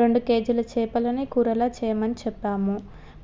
రెండు కేజీల చేపలని కూరలా చేయమని చెప్పాము